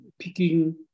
picking